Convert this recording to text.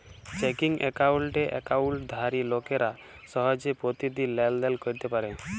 checking একাউল্টে একাউল্টধারি লোকেরা সহজে পতিদিল লেলদেল ক্যইরতে পারে